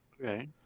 Okay